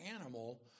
animal